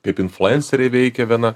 kaip influenceriai veikė viena